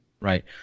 Right